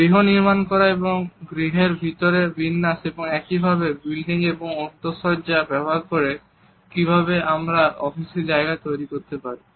গৃহ নির্মাণ করা ও গৃহের ভিতরের বিন্যাস এবং একইভাবে বিল্ডিং এবং অন্তঃসজ্জা ব্যবহার করে কিভাবে আমরা অফিসের জায়গা তৈরি করতে পারি